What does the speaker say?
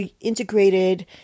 integrated